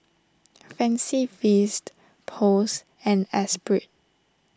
Fancy Feast Post and Espirit